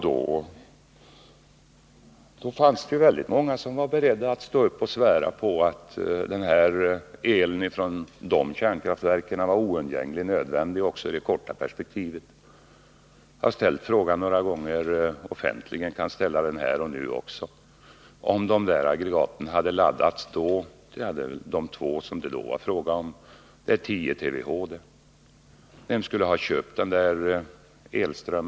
Då var emellertid väldigt många beredda att stå upp och svära på att elströmmen från dessa kärnkraftverk var oundgängligen nödvändig också i det korta perspektivet. Jag har frågat några gånger offentligt och kan göra det också här: Om de två aggregat som det då var fråga om hade laddats — vilket inneburit 10 TWh — vem här i Sverige skulle ha köpt denna elström?